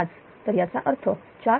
865 तर याचा अर्थ 4